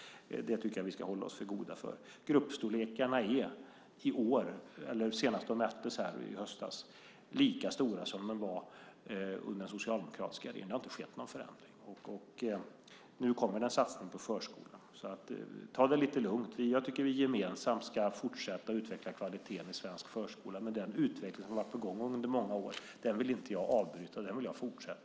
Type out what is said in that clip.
Det tycker jag att vi ska hålla oss för goda för. Senast gruppstorlekarna mättes i höstas var de lika stora som de var under den socialdemokratiska regeringen. Det har inte skett någon förändring. Nu kommer en satsning på förskolan. Ta det lite lugnt. Jag tycker att vi gemensamt ska fortsätta att utveckla kvaliteten i svensk förskola. Den utveckling som varit på gång under många år vill jag inte avbryta, utan den vill jag fortsätta.